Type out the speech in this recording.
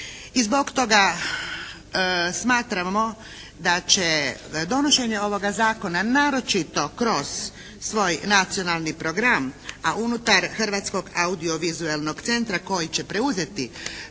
I zbog toga smatramo da će donošenje ovoga zakona, naročito kroz svoj nacionalni program, a unutar Hrvatskog audiovizualnog centra koji će preuzeti